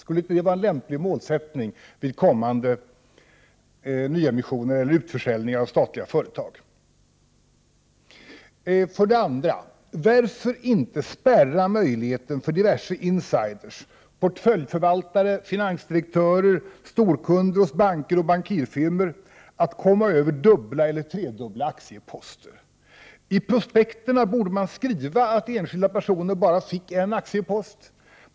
Skulle inte det vara en lämplig målsättning vid kommande nyemissioner eller utförsäljningar av statliga företag? För det andra: Varför spärrar man inte möjligheten för diverse insiders, portföljförvaltare, finansdirektörer och storkunder hos banker och bankirfirmor att komma över dubbla eller tredubbla aktieposter? I prospekten borde man skriva att enskilda personer bara får en aktiepost.